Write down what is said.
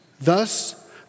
Thus